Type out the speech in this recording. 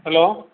hello